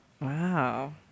Wow